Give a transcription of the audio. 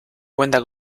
cuenta